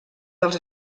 dels